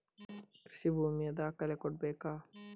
ಕೃಷಿ ಭೂಮಿಯ ದಾಖಲೆ ಕೊಡ್ಬೇಕಾ?